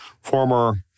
Former